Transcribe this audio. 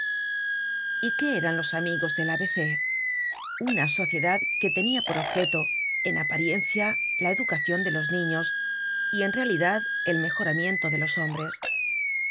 y qué eran los amigos del a b c una sociedad que tenia por objeto en apariencia la educacion de los niños y en realidad el mejoramiento de los hombres